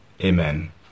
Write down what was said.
Amen